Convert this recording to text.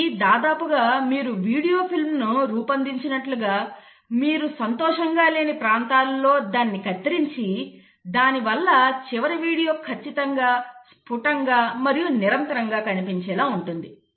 ఇది దాదాపుగా మీరు వీడియో ఫిల్మ్ను రూపొందించినట్లుగా మీరు సంతోషంగా లేని ప్రాంతాలలో దాన్ని కత్తిరించి దానివల్ల చివరి వీడియో ఖచ్చితంగా స్ఫూటంగా మరియు నిరంతరంగా కనిపించేలా ఉంటుంది